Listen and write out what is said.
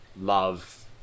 love